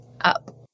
up